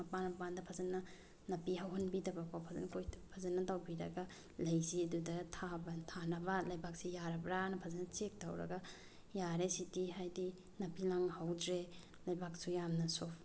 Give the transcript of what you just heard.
ꯃꯄꯥꯜ ꯃꯄꯥꯜꯗ ꯐꯖꯅ ꯅꯥꯄꯤ ꯍꯧꯍꯟꯕꯤꯗꯕꯀꯣ ꯐꯖꯅ ꯐꯖꯅ ꯇꯧꯕꯤꯔꯒ ꯂꯩꯁꯤ ꯑꯗꯨꯗ ꯊꯥꯅꯕ ꯂꯩꯕꯥꯛꯁꯤ ꯌꯥꯔꯕ꯭ꯔꯥꯅ ꯐꯖꯅ ꯆꯦꯛ ꯇꯧꯔꯒ ꯌꯥꯔꯦ ꯁꯤꯗꯤ ꯍꯥꯏꯗꯤ ꯅꯥꯄꯤ ꯂꯥꯡ ꯍꯧꯗ꯭ꯔꯦ ꯂꯩꯕꯥꯛꯁꯨ ꯌꯥꯝꯅ ꯁꯣꯐ